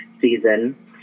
season